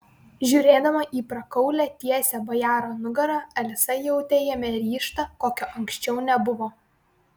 žiūrėdama į prakaulią tiesią bajaro nugarą alisa jautė jame ryžtą kokio anksčiau nebuvo